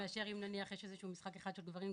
מאשר אם נניח יש איזה שהוא משחק אחד של גברים,